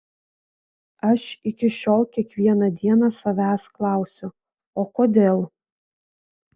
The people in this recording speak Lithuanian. aš iki šiol kiekvieną dieną savęs klausiu o kodėl